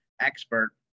expert